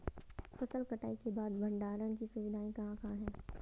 फसल कटाई के बाद भंडारण की सुविधाएं कहाँ कहाँ हैं?